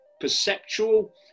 perceptual